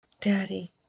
Daddy